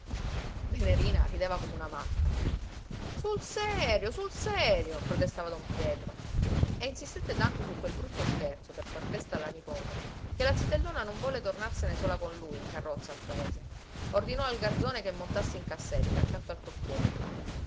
venerina rideva come una matta sul serio sul serio protestava don pietro e insistette tanto su quel brutto scherzo per far festa alla nipote che la zitellona non volle tornarsene sola con lui in carrozza al paese ordinò al garzone che montasse in cassetta accanto al cocchiere